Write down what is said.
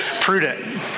prudent